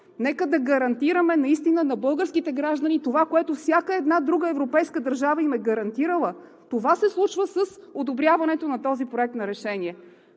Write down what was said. Нека да гарантираме наистина на българските граждани това, което всяка една друга европейска държава им е гарантирала! Това се случва с одобряването на този проект на решение.